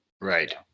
right